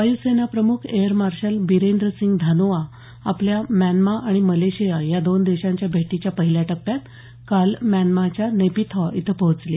वायुसेना प्रमुख air marshal Birender Singh Dhanoa आपल्या म्यानमा आणि मलेशिया या दोन देशांच्या भेटीच्या पहिल्या टप्प्यात काल म्यानमाच्या नेपिथॉ इथे पोहचले